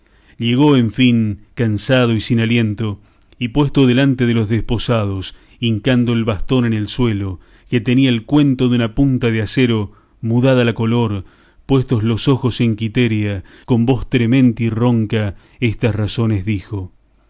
llegó en fin cansado y sin aliento y puesto delante de los desposados hincando el bastón en el suelo que tenía el cuento de una punta de acero mudada la color puestos los ojos en quiteria con voz tremente y ronca estas razones dijo